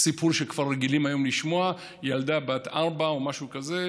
סיפור שכבר רגילים היום לשמוע: ילדה בת ארבע או משהו כזה,